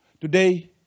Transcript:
Today